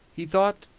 he thought,